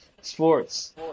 sports